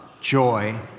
joy